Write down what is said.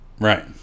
Right